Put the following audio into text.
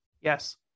yes